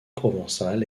provençale